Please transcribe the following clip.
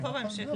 זה פה בהמשך.